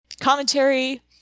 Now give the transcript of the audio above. commentary